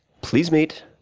please meet,